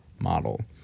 model